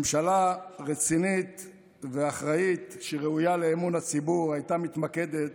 ממשלה רצינית ואחראית שראויה לאמון הציבור הייתה מתמקדת